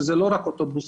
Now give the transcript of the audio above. שזה לא רק אוטובוסים,